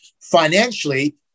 Financially